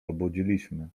obudziliśmy